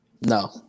No